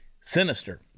sinister